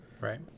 Right